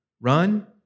Run